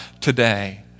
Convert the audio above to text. today